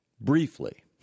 Briefly